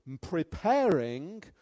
preparing